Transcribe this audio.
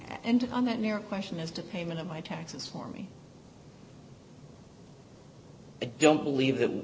and on that narrow question as to payment of my taxes for me i don't believe that